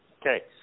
Okay